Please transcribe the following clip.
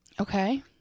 Okay